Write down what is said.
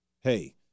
hey